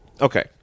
okay